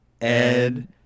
Ed